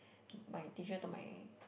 my teacher told my